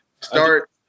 Start